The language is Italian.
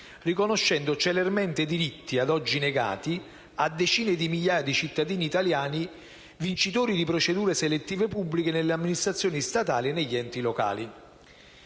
riconoscendo celermente diritti, ad oggi negati, a decine di migliaia di cittadini italiani vincitori di procedure selettive pubbliche nelle amministrazioni statali e negli enti locali.